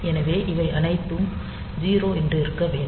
எனவே அவை அனைத்தும் 0 என்றிருக்க வேண்டும்